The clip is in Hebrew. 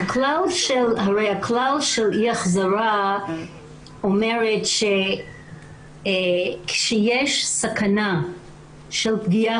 הרי הכלל של אי החזרה אומר שכשיש סכנה של פגיעה